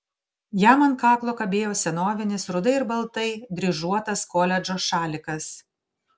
jam ant kaklo kabėjo senovinis rudai ir baltai dryžuotas koledžo šalikas